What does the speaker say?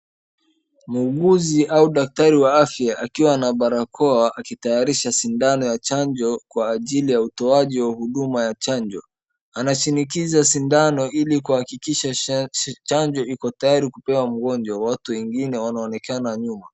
Muuguzi au daktari wa afya akiwa na barakoa akitayarisha sindano ya chanjo kwa ajili ya utoaji wa huduma ya chanjo. Anashinikiza sindano ili kuhakikisha chanjo iko tayari kupewa mgonjwa. Watu wengi wanaonekana nyuma.